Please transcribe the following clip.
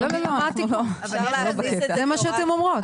אני לא מבינה מה התיקון זה מה שאתן אומרות.